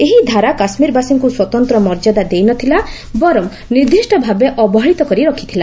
ଏହି ଧାରା କାଶ୍ଲୀରବାସୀଙ୍କୁ ସ୍ୱତନ୍ତ୍ର ମର୍ଯ୍ୟାଦା ଦେଇ ନ ଥିଲା ବରଂ ନିର୍ଦ୍ଦିଷ୍ଟ ଭାବେ ଅବହେଳିତ କରି ରଖିଥିଲା